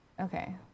Okay